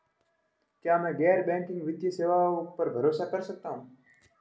क्या मैं गैर बैंकिंग वित्तीय सेवाओं पर भरोसा कर सकता हूं?